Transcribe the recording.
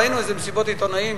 ראינו איזה מסיבות עיתונאים,